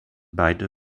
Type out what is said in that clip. beide